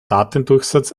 datendurchsatz